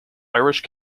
irish